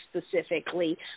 specifically